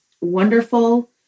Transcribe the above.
wonderful